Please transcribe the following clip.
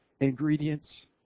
ingredients